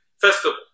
festival